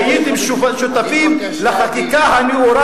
שהייתם שותפים לחקיקה הנאורה,